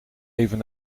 even